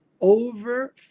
over